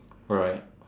alright